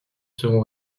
seront